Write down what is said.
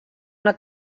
una